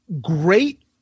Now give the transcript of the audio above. Great